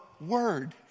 word